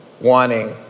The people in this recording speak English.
wanting